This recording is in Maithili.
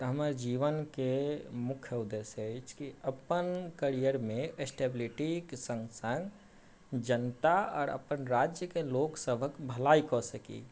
तऽ हमर जीबन के मुख्य उद्देश्य अछि कि अपन करियरमे स्टेबिलिटीके सङ्ग सङ्ग जनता आओर अपन राज्यके लोक सभक भलाइ कऽ सकी